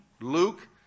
Luke